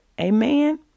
Amen